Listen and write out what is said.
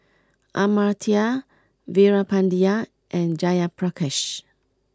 Amartya Veerapandiya and Jayaprakash